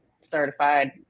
certified